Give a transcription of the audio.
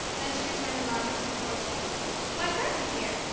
then she returned to margaret with a cordial why, certainly, dear!